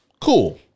Cool